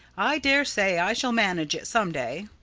i dare say i shall manage it some day.